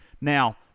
Now